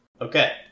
Okay